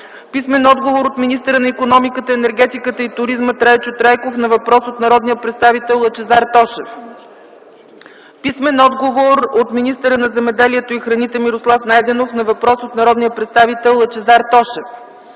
Писмен отговор от министъра на икономиката, енергетиката и туризма Трайчо Трайков на въпрос от народния представител Лъчезар Тошев. Писмен отговор от министъра на земеделието и храните Мирослав Найденов на въпрос от народния представител Лъчезар Тошев.